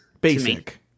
basic